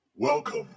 Welcome